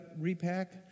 repack